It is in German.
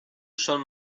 schon